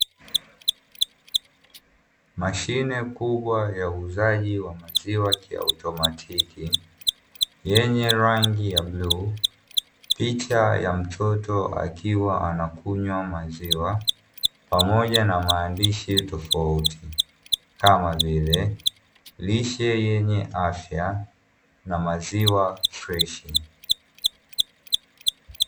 Mashine kubwa ya uzaji wa maziwa ya kiautomatiki, yenye rangi ya bluu, picha ya mtoto akiwa anakunywa maziwa, pamoja na maandishi tofauti kama vile; "lishe yenye afya na maziwa freshi".